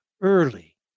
early